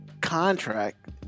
contract